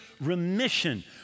remission